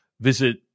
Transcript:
visit